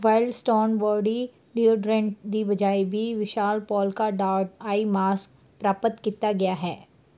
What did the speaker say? wild stone body deodorant ਦੀ ਬਜਾਇ ਬੀ ਵਿਸ਼ਾਲ ਪੋਲਕਾ ਡੋਟ ਆਈ ਮਾਸਕ ਪ੍ਰਾਪਤ ਕੀਤਾ ਗਿਆ ਹੈ